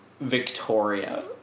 Victoria